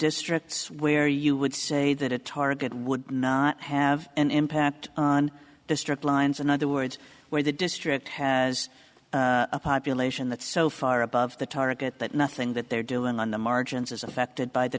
districts where you would say that a target would not have an impact on district lines in other words where the district has a population that's so far above the target that nothing that they're doing on the margins is affected by the